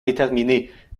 déterminés